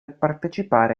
partecipare